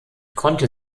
konnte